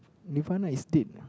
Nirvana is dead